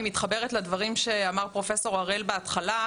מתחברת לדברים שאמר פרופ' הראל בהתחלה,